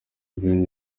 bryne